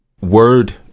word